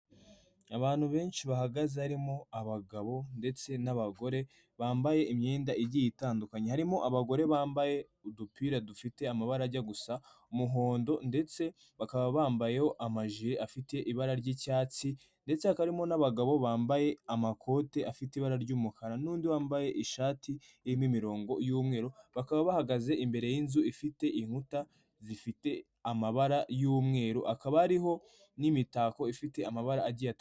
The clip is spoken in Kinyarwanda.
Abantu benshi bahagaze harimo abagabo ndetse n'abagore bambaye imyenda igiye itandukanye harimo abagore bambaye udupira dufite amabara ajya gusa umuhondo ndetse bakaba bambayeho amaji afite ibara ry'icyatsi ndetsekamo n'abagabo bambaye amakoti afite ibara ry'umukara n'undi wambaye ishati'rimo imirongo y'umweru bakaba bahagaze imbere y'inzu ifite inkuta zifite amabara y'umweru akaba ariho n'imitako ifite amabara agiye atandukanye.